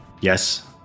Yes